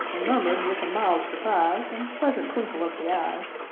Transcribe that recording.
and murmured, with a mild surprise and pleasant twinkle of the eyes,